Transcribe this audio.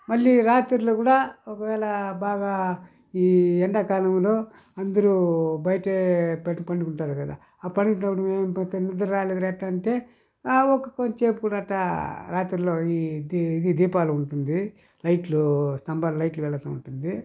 మళ్లీ రాత్రిలో కూడా ఒకవేళ బాగా ఈ ఎండాకాలములో అందరూ బయటే పండుకుంటారు కదా పండుకునేటప్పుడు మేము పోతే నిద్ర రాలేదు ఎట్టా అంటే ఆ ఒక్క కొంచేపు కూడా అట్టా రాత్రిలో ఈ ఇది దీపాలు ఉంటుంది లైట్లు స్తంభాలు లైట్లు వెలుగుతూ ఉంటుంది